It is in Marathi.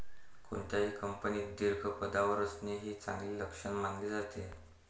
कोणत्याही कंपनीत दीर्घ पदावर असणे हे चांगले लक्षण मानले जाते